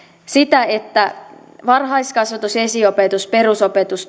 sitä että varhaiskasvatus ja esiopetus perusopetus